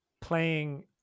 playing